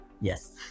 Yes